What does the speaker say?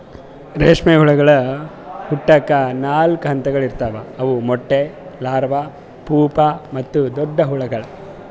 ರೇಷ್ಮೆ ಹುಳಗೊಳ್ ಹುಟ್ಟುಕ್ ನಾಲ್ಕು ಹಂತಗೊಳ್ ಇರ್ತಾವ್ ಅವು ಮೊಟ್ಟೆ, ಲಾರ್ವಾ, ಪೂಪಾ ಮತ್ತ ದೊಡ್ಡ ಹುಳಗೊಳ್